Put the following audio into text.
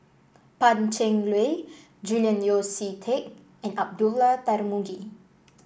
Pan Cheng Lui Julian Yeo See Teck and Abdullah Tarmugi